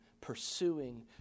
pursuing